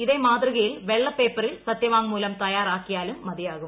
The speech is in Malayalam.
ഇത്തേ മാതൃകയിൽ വെള്ള പേപ്പറിൽ സത്യവാങ്മൂലം തയ്യാറാക്കിയിലും മതിയാകും